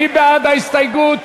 מי בעד ההסתייגויות?